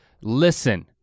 listen